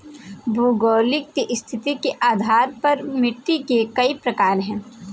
भौगोलिक स्थिति के आधार पर मिट्टी के कई प्रकार होते हैं